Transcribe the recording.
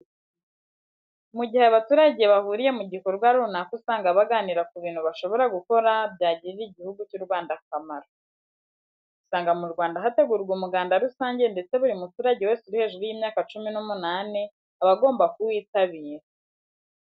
Mu gihe abaturage bahuriye mu gikorwa runaka usanga baganira ku bintu bashobora gukora byagiriya Igihugu cy'u Rwanda akamaro. Usanga mu Rwanda hategurwa umuganda rusange ndetse buri muturage wese uri hejuru y'imyaka cumi n'umunani aba agomba kuwitabira.